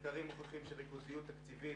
מחקרים מוכיחים שהריכוזיות התקציבית